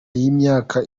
y’imyaka